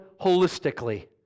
holistically